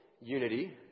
unity